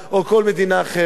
או כל מדינה אחרת.